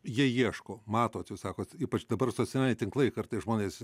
jie ieško matot jūs sakot ypač dabar socialiniai tinklai kartais žmonės